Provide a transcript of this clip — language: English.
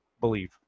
believe